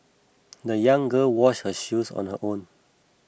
the young girl washed her shoes on her own